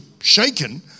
shaken